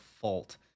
fault